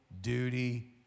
duty